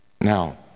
now